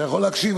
אתה יכול להקשיב,